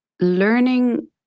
learning